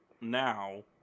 now